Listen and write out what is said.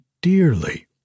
dearly